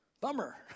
bummer